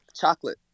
chocolate